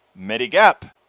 Medigap